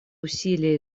усилия